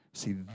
See